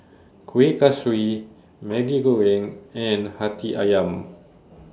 Kueh Kaswi Maggi Goreng and Hati Ayam